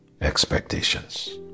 expectations